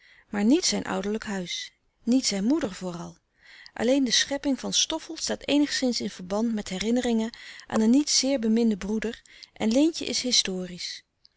maar niet zijn ouderlijk huis niet zijn moeder vooral alleen de schepping van stoffel staat eenigszins in verband met herinneringen aan een niet zeer beminden broeder en leentje is historisch